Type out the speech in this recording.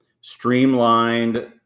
streamlined